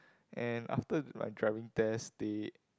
and after my driving test they